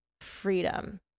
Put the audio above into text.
freedom